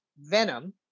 Venom